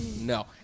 no